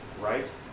right